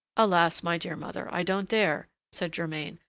alas! my dear mother, i don't dare, said germain,